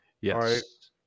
Yes